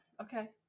okay